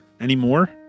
anymore